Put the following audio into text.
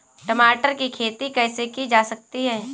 टमाटर की खेती कैसे की जा सकती है?